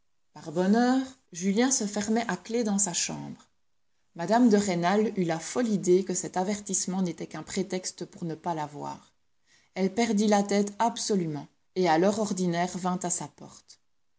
par bonheur julien se fermait à clef dans sa chambre mme de rênal eut la folle idée que cet avertissement n'était qu'un prétexte pour ne pas la voir elle perdit la tête absolument et à l'heure ordinaire vint à sa porte